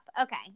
Okay